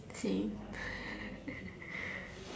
same